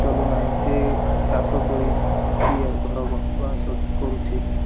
ଚଲୁନାହିଁ ସେ ଚାଷ କରିକି ଘର ବାସ କରୁଛି